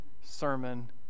sermon